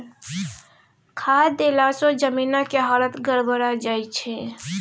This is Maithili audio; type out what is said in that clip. खाद देलासँ जमीनक हालत गड़बड़ा जाय छै